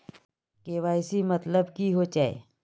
KYC मतलब की होचए?